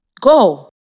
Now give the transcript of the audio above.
Go